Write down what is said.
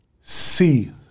see